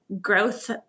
growth